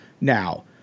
now